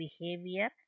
behavior